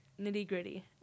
nitty-gritty